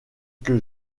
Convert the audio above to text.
que